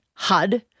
HUD